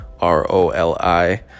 r-o-l-i